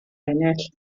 ennill